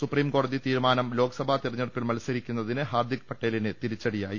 സുപ്രീംകോടതി തീരുമാനം ലോക്സഭാ തെര ഞ്ഞെടുപ്പിൽ മത്സരിക്കുന്നതിന് ഹാർദ്ദിക് പട്ടേലിന് തിരിച്ചടിയാ യി